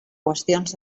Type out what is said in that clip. qüestions